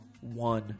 one